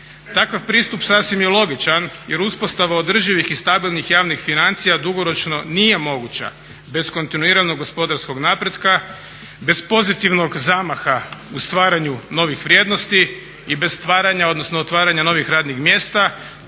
Takav pristup sasvim je logičan jer uspostava održivih i stabilnih javnih financija dugoročno nije moguća bez kontinuiranog gospodarskog napretka, bez pozitivnog zamaha u stvaranju novih vrijednosti i bez stvaranja odnosno otvaranja novih radnih mjesta,